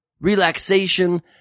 relaxation